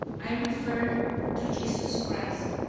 i refer to jesus christ.